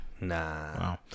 Nah